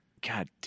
God